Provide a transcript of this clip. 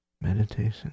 meditation